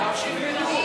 העיקר שילמדו.